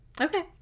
okay